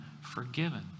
forgiven